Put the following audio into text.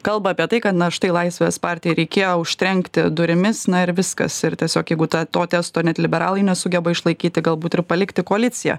kalba apie tai kad na štai laisvės partijai reikėjo užtrenkti durimis na ir viskas ir tiesiog jeigu ta to testo net liberalai nesugeba išlaikyti galbūt ir palikti koaliciją